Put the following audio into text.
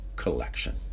collection